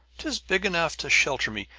tis big enough to shelter me!